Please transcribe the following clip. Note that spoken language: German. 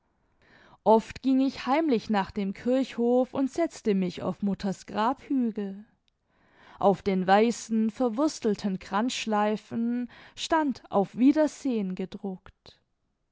oft ging ich heimlich nach dem kirchhof und setzte mich auf mutters grabhügel auf den weißen verwurstelten kranzschleifen stand auf wiedersehen gedruckt